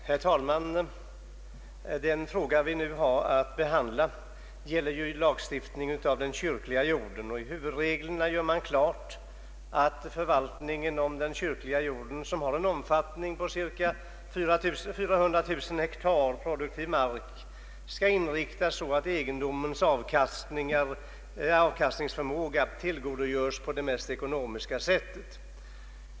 Herr talman! Den fråga vi nu har att behandla gäller lagstiftning om den kyrkliga jorden. I huvudreglerna klargörs att förvaltningen av den kyrkliga jorden, som omfattar cirka 400 000 hektar produktiv mark, skall inriktas så att egendomens avkastningsförmåga tillgodogörs på det mest ekonomiska sättet.